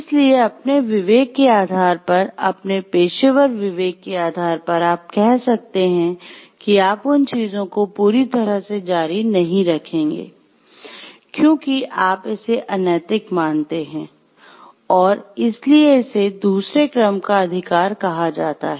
इसलिए अपने विवेक के आधार पर अपने पेशेवर विवेक के आधार पर आप कह सकते हैं कि आप उन चीजों को पूरी तरह से जारी नहीं रखेंगे क्योंकि आप इसे अनैतिक मानते हैं और इसीलिए इसे दूसरे क्रम का अधिकार कहा जाता है